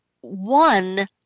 One